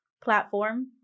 platform